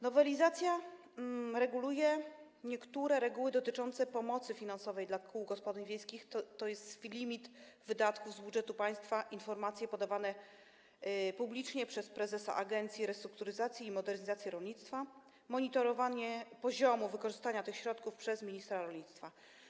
Nowelizacja reguluje niektóre reguły dotyczące pomocy finansowej dla kół gospodyń wiejskich, tj. limit wydatków z budżetu państwa, informacje podawane publicznie przez prezesa Agencji Restrukturyzacji i Modernizacji Rolnictwa, monitorowanie poziomu wykorzystania tych środków przez ministra rolnictwa.